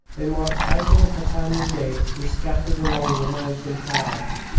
they marched out of the catania gate and scattered along the mountain paths.